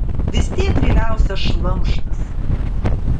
vis tiek gryniausias šlamštas